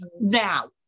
now